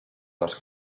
les